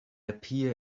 appear